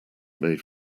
made